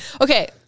Okay